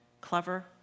clever